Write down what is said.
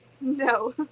no